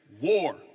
war